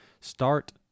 start